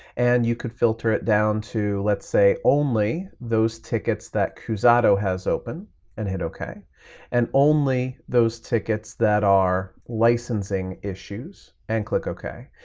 and you could filter it down to, let's say, only those tickets that cusato has open and hit ok and only those tickets that are licensing issues and click ok.